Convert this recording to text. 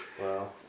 Wow